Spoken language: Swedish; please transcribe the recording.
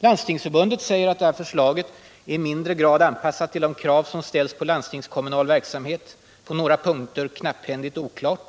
Landstingsförbundet anför att förslaget är i ”mindre grad anpassat till de krav som ställs på landstingskommuna!l verksamhet” och att det är ”på några punkter knapphändigt och oklart”.